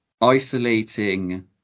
isolating